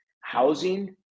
Housing